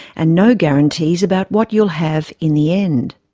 and no guarantees about what you'll have in the end.